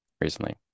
recently